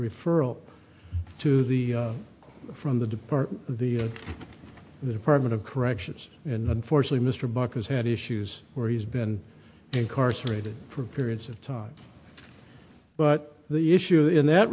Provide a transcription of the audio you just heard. referral to the from the department the department of corrections and unfortunately mr buck has had issues where he's been incarcerated for periods of time but the issue in that